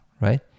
Right